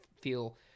feel